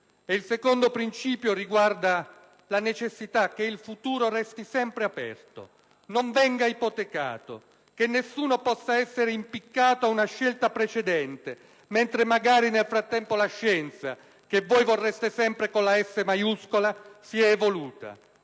Il secondo principio riguarda la necessità che il futuro resti sempre aperto e che non venga ipotecato; che nessuno possa essere impiccato a una scelta precedente, mentre magari nel frattempo la scienza, che voi vorreste sempre con la «s» maiuscola, si è evoluta;